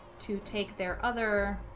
to take their other